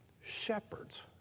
Shepherds